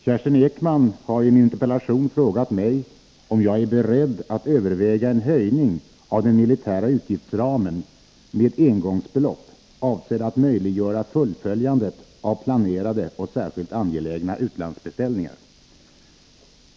Herr talman! Kerstin Ekman har i en interpellation frågat mig om jag är beredd att överväga en höjning av den militära utgiftsramen med engångsbelopp avsedda att möjliggöra fullföljandet av planerade och särskilt angelägna utlandsbeställningar.